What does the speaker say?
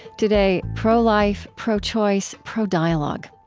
today, pro-life, pro-choice, pro-dialogue.